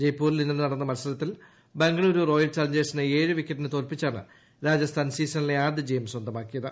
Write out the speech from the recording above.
ജയ്പൂരിൽ ഇന്നലെ നടന്ന മത്സരത്തിൽ ബംഗളുരു റോയൽ ചലഞ്ചേഴ്സിനെ ഏഴ് വിക്കറ്റിന് തോൽപിച്ചാണ് രാജസ്ഥാൻ സീസണിലെ ആദ്യ ജയം സ്വന്തമാക്കിയത്